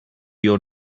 your